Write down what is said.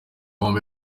bombi